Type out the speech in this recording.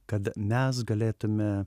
kad mes galėtume